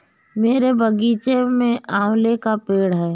मेरे बगीचे में आंवले का पेड़ है